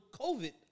COVID